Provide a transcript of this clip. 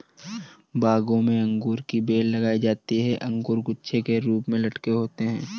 बागों में अंगूर की बेल लगाई जाती है अंगूर गुच्छे के रूप में लटके होते हैं